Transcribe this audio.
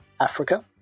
Africa